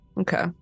Okay